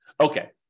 Okay